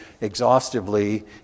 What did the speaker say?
exhaustively